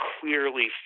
clearly